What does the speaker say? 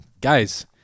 Guys